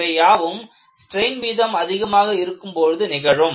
இவை யாவும் ஸ்ட்ரெயின் வீதம் அதிகமாக இருக்கும் பொழுது நிகழும்